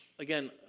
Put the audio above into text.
Again